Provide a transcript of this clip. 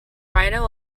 rhino